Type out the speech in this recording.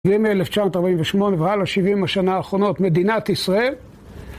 זה מ-1948 והלאה 70 השנה האחרונות מדינת ישראל.